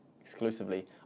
exclusively